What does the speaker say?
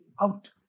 out